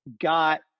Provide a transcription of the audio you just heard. got